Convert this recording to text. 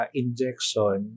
injection